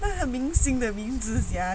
他很明星的名字 sia